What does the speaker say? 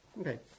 Okay